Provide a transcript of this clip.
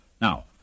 Now